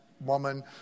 woman